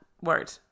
word